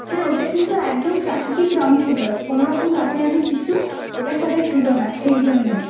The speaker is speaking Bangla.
হ্যাঁ ওটা কিন্তু একদম প্রাকৃতিক রঙ ছিল কোনোরকম রাসায়নিক কিছু ওটার সাথে ছিল না সেই জন্যই